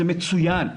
זה מצוין,